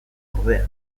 ordea